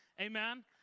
Amen